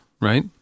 right